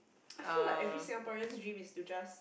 I feel like every Singaporean's dream is to just